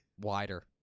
wider